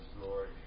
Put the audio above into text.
Lord